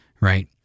Right